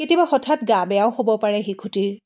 কেতিয়াবা হঠাৎ গা বেয়াও হ'ব পাৰে শিশুটিৰ